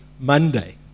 Monday